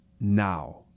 now